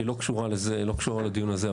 שהיא לא קשורה לדיון הזה,